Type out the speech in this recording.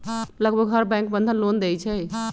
लगभग हर bank Bandhan loan देई छई